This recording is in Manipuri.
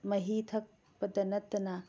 ꯃꯍꯤ ꯊꯛꯄꯇ ꯅꯠꯇꯅ